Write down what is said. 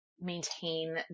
maintain